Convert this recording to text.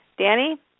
Danny